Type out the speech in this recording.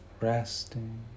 resting